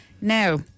now